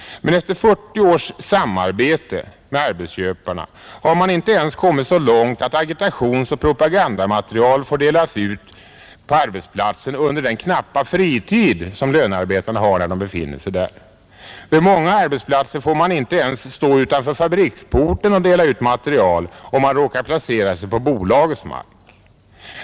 Men efter 40 års samarbete med arbetsköparna har man inte ens kommit så långt att agitationsoch propagandamaterial får delas ut på arbetsplatsen under den knappa fritid som lönarbetarna har när de befinner sig där. Vid många arbetsplatser får man inte ens stå utanför fabriksporten och dela ut material, om man råkar placera sig på bolagets mark.